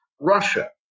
Russia